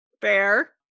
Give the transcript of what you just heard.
Fair